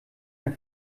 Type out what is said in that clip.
der